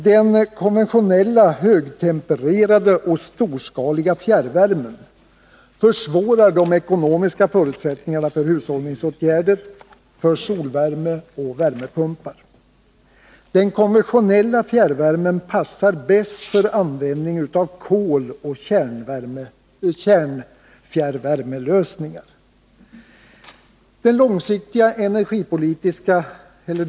Den konventionella, högtempererade och storskaliga fjärrvärmen försvårar de ekonomiska förutsättningarna för hushållningsåtgärder, solvärme och värmepumpar. Den konventionella fjärrvärmen passar bäst för användning av kol och kärnfjärrvärmelösningar.